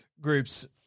groups